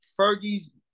Fergie's